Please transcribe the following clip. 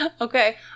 Okay